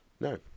No